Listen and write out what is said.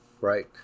right